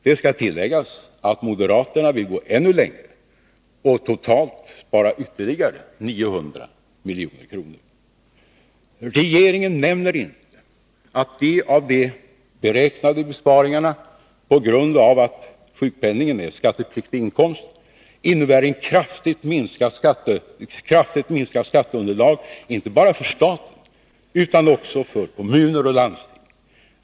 Det skall tilläggas att moderaterna vill gå ännu längre och totalt spara ytterligare 900 milj.kr. Regeringen nämner inte att de beräknade besparingarna, på grund av att sjukpenningen är skattepliktig inkomst, innebär ett kraftigt minskat skatteunderlag inte bara för staten utan också för kommuner och landsting.